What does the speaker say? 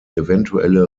eventuelle